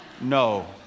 No